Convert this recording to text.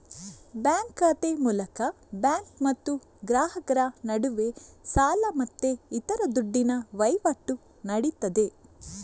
bank ಖಾತೆ ಮೂಲಕ bank ಮತ್ತು ಗ್ರಾಹಕರ ನಡುವೆ ಸಾಲ ಮತ್ತೆ ಇತರ ದುಡ್ಡಿನ ವೈವಾಟು ನಡೀತದೆ